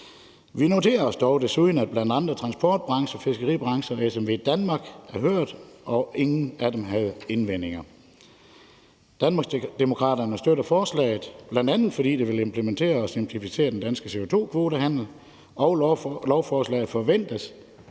Vi noterer os dog, at bl.a. transportbranchen, fiskeribranchen og SMVdanmark er hørt, og at ingen af dem havde indvendinger. Danmarksdemokraterne støtter forslaget, bl.a. fordi det vil implementere og simplificere den danske CO2-kvotehandel og lovforslaget forventes